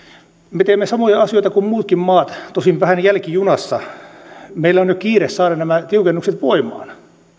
me teemme samoja asioita kuin muutkin maat tosin vähän jälkijunassa meillä on nyt kiire saada nämä tiukennukset voimaan